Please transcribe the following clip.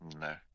No